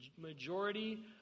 majority